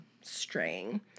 straying